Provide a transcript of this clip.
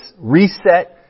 reset